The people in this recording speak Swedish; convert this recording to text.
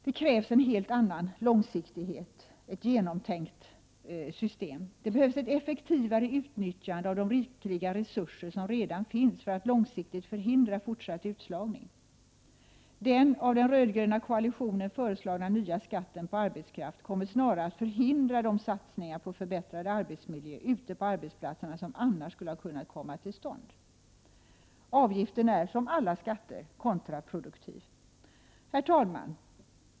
Det krävs ett helt annat genomtänkt långsiktigt system, och det behövs ett effektivare utnyttjande av de rikliga resurser som redan finns för att långsiktigt förhindra fortsatt utslagning. Den av den röd-gröna koalitionen föreslagna nya skatten på arbetskraft kommer snarare att förhindra de satsningar på förbättrad arbetsmiljö ute på arbetsplatserna som annars skulle ha kunnat komma till stånd. Avgiften är, som alla skatter, kontraproduktiv. Herr talman!